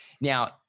Now